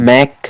Mac